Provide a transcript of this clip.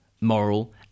moral